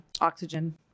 oxygen